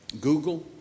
Google